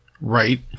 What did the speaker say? Right